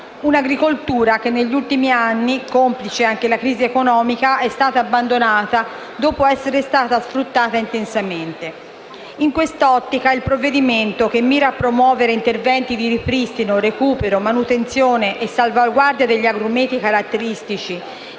L'agricoltura, negli ultimi anni, complice anche la crisi economica, è stata abbandonata dopo essere stata sfruttata intensamente. In quest'ottica, il provvedimento, che mira a promuovere interventi di ripristino, recupero, manutenzione e salvaguardia degli agrumeti caratteristici